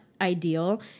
ideal